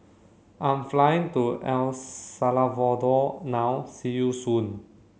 I am flying to El Salvador now see you soon